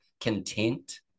content